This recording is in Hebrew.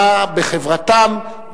מה בחברתם,